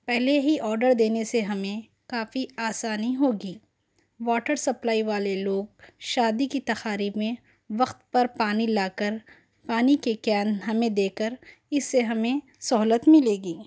پہلے ہی آرڈر دینے سے ہمیں کافی آسانی ہوگی واٹر سپلائی والے لوگ شادی کی تقریب میں وقت پر پانی لاکر پانی کے کین ہمیں دے کر اِس سے ہمیں سہولت ملے گی